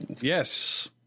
Yes